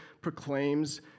proclaims